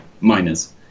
miners